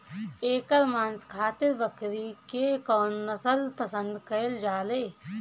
एकर मांस खातिर बकरी के कौन नस्ल पसंद कईल जाले?